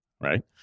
right